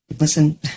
listen